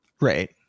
right